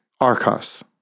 Arcos